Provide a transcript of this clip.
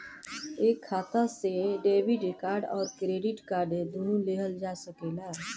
एक खाता से डेबिट कार्ड और क्रेडिट कार्ड दुनु लेहल जा सकेला?